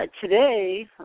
today